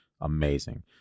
amazing